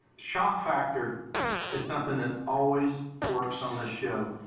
shock factor is something that always works on this show.